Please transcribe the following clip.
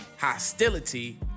hostility